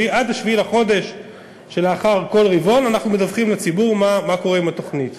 עד 7 בחודש שלאחר כל רבעון אנחנו מדווחים לציבור מה קורה עם התוכנית,